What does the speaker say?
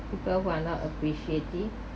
people who are not appreciative